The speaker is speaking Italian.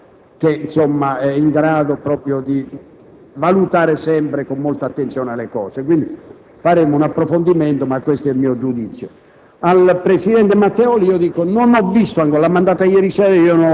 Del resto, il vice presidente Angius ha tale esperienza che è in grado di valutare sempre con molta attenzione le questioni. Faremo quindi un approfondimento, ma questo è il mio giudizio.